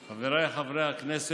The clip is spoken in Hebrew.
בכבוד, אדוני, עשר דקות.